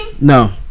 No